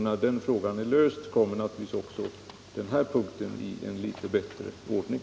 När det är gjort kommer naturligtvis frågan om friluftsanläggningarna i en bättre ställning.